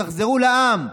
תחזרו לעם.